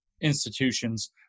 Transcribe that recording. institutions